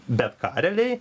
bet ką realiai